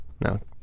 no